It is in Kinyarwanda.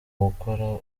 gukora